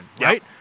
right